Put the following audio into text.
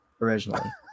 originally